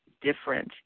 different